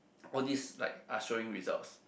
all these like are showing results